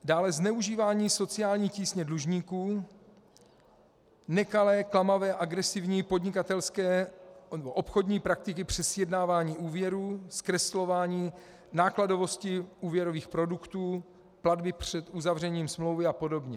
Dále zneužívání sociální tísně dlužníků, nekalé, klamavé, agresivní podnikatelské nebo obchodní praktiky při sjednávání úvěrů, zkreslování nákladovosti úvěrových produktů, platby před uzavřením smlouvy apod.